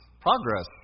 progress